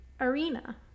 Arena